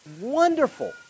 wonderful